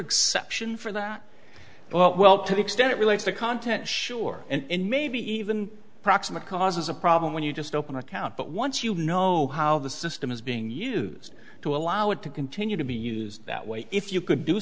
exception for that well to the extent it relates to content sure and maybe even proximate causes a problem when you just open the account but once you know how the system is being used to allow it to continue to be used that way if you could do